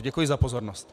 Děkuji za pozornost.